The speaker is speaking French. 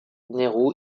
nehru